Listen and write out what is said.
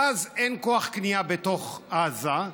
ואז אין כוח קנייה בתוך עזה,